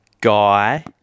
guy